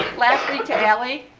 lastly to ellie,